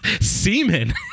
semen